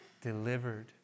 delivered